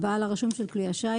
הבעל הרשום של כלי השיט,